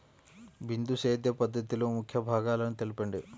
బిందు సేద్య పద్ధతిలో ముఖ్య భాగాలను తెలుపండి?